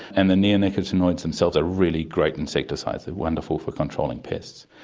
and the neonicotinoids themselves are really great insecticides, they are wonderful for controlling pests.